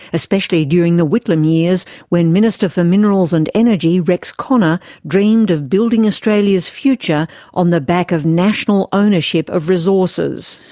especially during the whitlam years when minister for minerals and energy rex connor dreamed of building australia's future on the back of national ownership of resources.